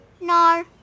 No